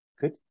Good